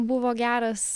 buvo geras